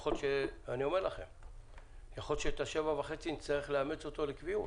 יכול להיות שאת ה-7.5 נצטרך לאמץ לקביעות.